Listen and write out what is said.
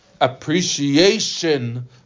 appreciation